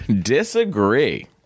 Disagree